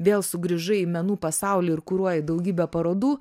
vėl sugrįžai į menų pasaulį ir kuruoji daugybę parodų